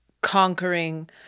conquering